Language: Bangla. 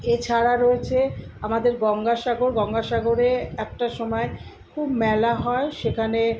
এছাড়া রয়েছে আমাদের গঙ্গাসাগর গঙ্গাসাগরে একটা সময় খুব মেলা হয় সেখানে